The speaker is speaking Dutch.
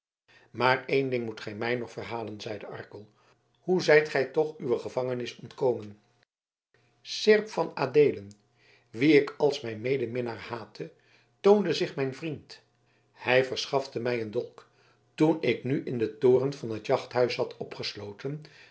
maar één ding moet gij mij nog verhalen zeide arkel hoe zijt gij toch uwe gevangenis ontkomen seerp van adeelen wien ik als mijn medeminnaar haatte toonde zich mijn vriend hij verschafte mij een dolk toen ik nu in den toren van het jachthuis zat opgesloten